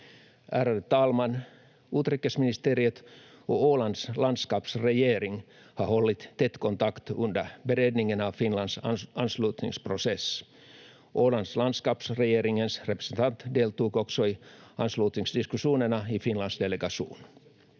talman! Utrikesministeriet och Ålands landskapsregering har hållit tät kontakt under beredningen av Finlands anslutningsprocess. Ålands landskapsregerings representant deltog också i anslutningsdiskussionerna i Finlands delegation.